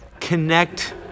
connect